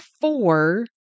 four